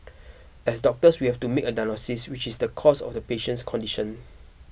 as doctors we have to make a diagnosis which is the cause of the patient's condition